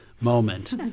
Moment